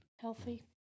Healthy